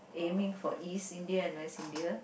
aiming for East India and West India